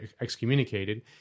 excommunicated